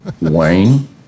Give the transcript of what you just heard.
Wayne